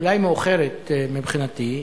אולי מאוחרת מבחינתי,